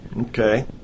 Okay